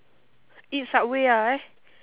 eat subway ah eh